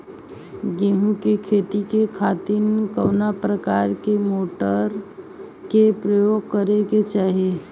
गेहूँ के खेती के खातिर कवना प्रकार के मोटर के प्रयोग करे के चाही?